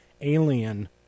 alien